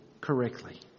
correctly